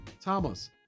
Thomas